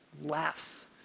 laughs